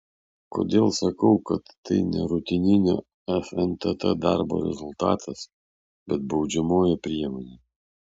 kodėl sakau kad tai ne rutininio fntt darbo rezultatas bet baudžiamoji priemonė